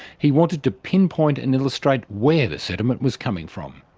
he wanted to pinpoint and illustrate where the sediment was coming from.